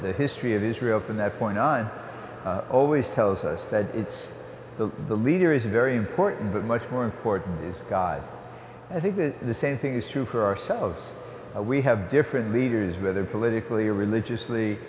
the history of israel from that point on always tells us that it's the leader is very important but much more important is god i think the same thing is true for ourselves of we have different leaders whether politically or religiously